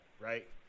right